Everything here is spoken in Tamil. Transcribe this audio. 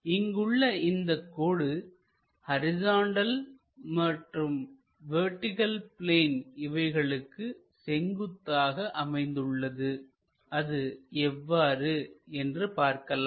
இங்குள்ள இந்தக் கோடு ஹரிசாண்டல் மற்றும் வெர்டிகள் பிளேன் இவைகளுக்கு செங்குத்தாக அமைந்துள்ளது அது எவ்வாறு என்று பார்க்கலாம்